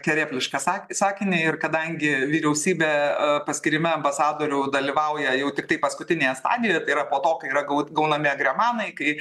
kerėplišką sak sakinį ir kadangi vyriausybė a paskyrime ambasadorių dalyvauja jau tiktai paskutinėje stadijoje tai yra po to kai yra gau gaunami agremanai kai